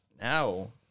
Now